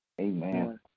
Amen